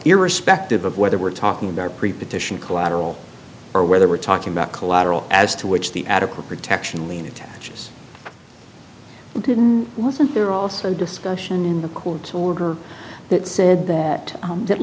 irrespective of whether we're talking about preposition collateral or whether we're talking about collateral as to which the adequate protection lien attaches didn't wasn't there also discussion in the court order that said that